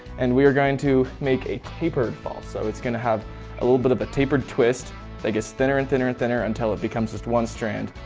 and we are going to make a tapered fall, so it's going to have a little bit of a tapered twist that gets thinner and thinner and thinner until it becomes just one strand,